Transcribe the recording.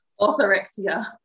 Orthorexia